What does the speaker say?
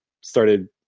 started